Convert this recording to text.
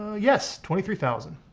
yes, twenty three thousand.